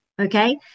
okay